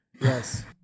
Yes